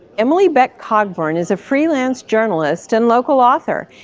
emily beck cogburn is a freelance journalist and local author.